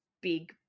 big